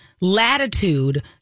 latitude